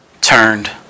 turned